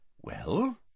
Well